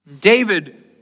David